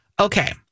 Okay